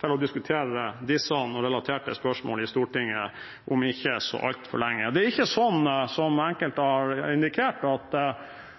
til å diskutere disse og relaterte spørsmål i Stortinget om ikke så altfor lenge. Det er ikke sånn – som enkelte har indikert –